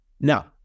Now